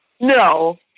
No